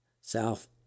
South